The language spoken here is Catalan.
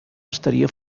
estaria